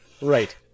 right